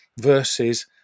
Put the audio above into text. versus